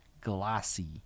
glossy